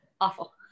awful